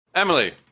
emily,